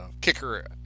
Kicker